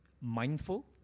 mindful